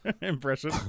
impression